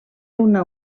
una